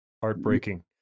Heartbreaking